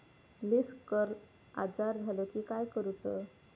Leaf curl आजार झालो की काय करूच?